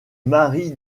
mary